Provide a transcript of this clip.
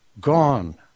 gone